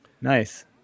Nice